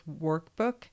workbook